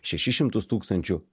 šešis šimtus tūkstančių